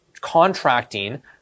contracting